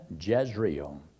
Jezreel